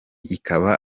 ikaba